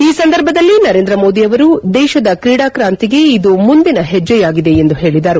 ಈ ಸಂದರ್ಭದಲ್ಲಿ ನರೇಂದ್ರ ಮೋದಿ ಅವರು ದೇಶದ ಕ್ರೀಡಾಕಾಂತಿಗೆ ಇದು ಮುಂದಿನ ಹೆಜ್ಜೆಯಾಗಿದೆ ಎಂದು ಹೇಳಿದರು